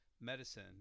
medicine